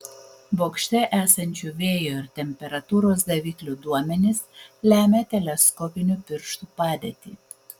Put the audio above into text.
bokšte esančių vėjo ir temperatūros daviklių duomenys lemią teleskopinių pirštų padėtį